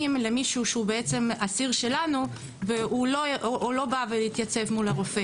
למישהו שהוא בעצם אסיר שלנו והוא לא בא והתייצב מול הרופא.